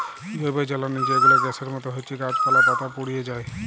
জৈবজ্বালালি যে গুলা গ্যাসের মত হছ্যে গাছপালা, পাতা পুড়িয়ে পায়